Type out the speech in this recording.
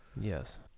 Yes